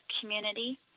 community